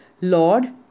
Lord